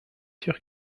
sûr